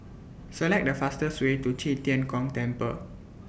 Select The fastest Way to Qi Tian Gong Temple